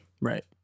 Right